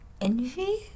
envy